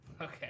Okay